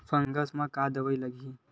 Fungus म का दवाई लगी?